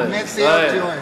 אני מת להיות יואל.